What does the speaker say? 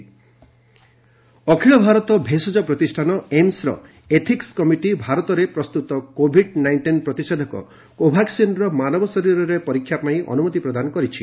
AIIMS trial ଅଖିଳ ଭାରତ ଭେଷଜ ପ୍ରତିଷ୍ଠାନ ଏମ୍ସର ଏଥିକ୍ସ କମିଟି ଭାରତରେ ପ୍ରସ୍ତୁତ କୋଭିଡ୍ ନାଇଷ୍ଟିନ୍ ପ୍ରତିଷେଧକ କୋଭାକ୍କିନ୍ର ମାନବ ଶରୀରରେ ପରୀକ୍ଷା ପାଇଁ ଅନୁମତି ପ୍ରଦାନ କରିଛି